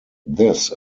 this